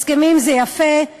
הסכמים זה יפה,